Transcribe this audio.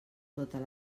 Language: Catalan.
totes